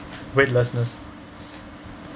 weightlessness